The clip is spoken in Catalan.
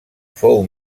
fou